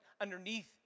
underneath